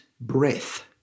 breath